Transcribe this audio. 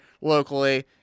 locally